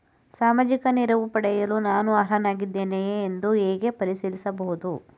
ಸಾಮಾಜಿಕ ನೆರವು ಪಡೆಯಲು ನಾನು ಅರ್ಹನಾಗಿದ್ದೇನೆಯೇ ಎಂದು ಹೇಗೆ ಪರಿಶೀಲಿಸಬಹುದು?